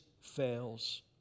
fails